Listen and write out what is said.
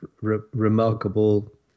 remarkable